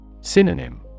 Synonym